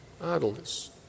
Idleness